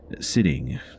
Sitting